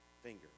finger